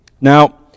Now